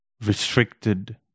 restricted